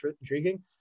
intriguing